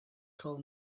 call